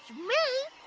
me,